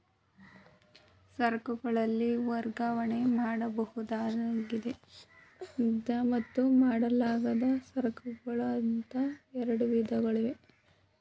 ಸರಕುಗಳಲ್ಲಿ ವರ್ಗಾವಣೆ ಮಾಡಬಹುದಾದ ಮತ್ತು ಮಾಡಲಾಗದ ಸರಕುಗಳು ಅಂತ ಎರಡು ವಿಧಗಳಿವೆ